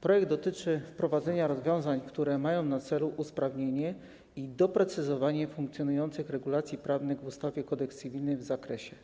Projekt dotyczy wprowadzenia rozwiązań, które mają na celu usprawnienie i doprecyzowanie funkcjonujących regulacji prawnych w ustawie - Kodeks cywilny w zakresie: